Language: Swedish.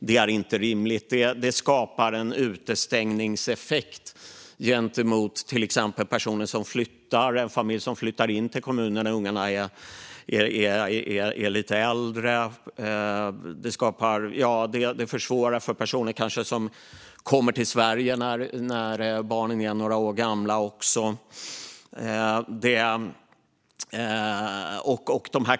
Det skapar en utestängningseffekt gentemot exempelvis familjer som flyttar in i en kommun när barnen är lite äldre, och det försvårar för familjer som kommer till Sverige när barnen är några år gamla.